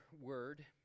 word